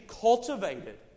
cultivated